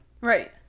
Right